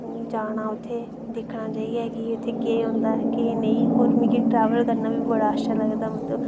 जाना उत्थै दिक्खना जाइयै कि उत्थै केह् होंदा ऐ केह् नेईं और मिगी ट्रैवल करना बी बड़ा अच्छा लगदा मतलब